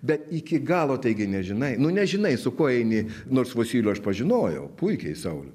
bet iki galo taigi nežinai nu nežinai su kuo eini nors vosylių aš pažinojau puikiai saulių